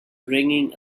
ringing